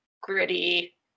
gritty